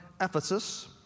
Ephesus